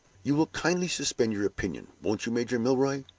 you will kindly suspend your opinion, won't you, major milroy?